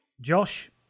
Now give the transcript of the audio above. Josh